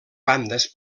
bandes